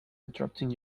interrupting